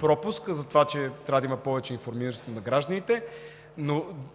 пропуск това, че трябва да има повече информираност на гражданите, но